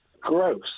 gross